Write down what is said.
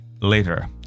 later